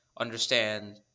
understand